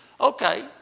Okay